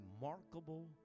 remarkable